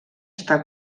està